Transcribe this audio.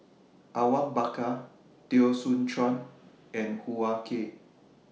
Awang Bakar Teo Soon Chuan and Hoo Ah Kay